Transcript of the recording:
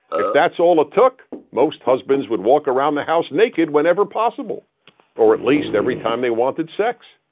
if that's all it took, most husbands would walk around the house naked whenever possible or at least every time they wanted sex.